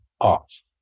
off